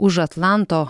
už atlanto